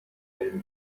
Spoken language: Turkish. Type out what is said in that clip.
verildi